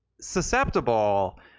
susceptible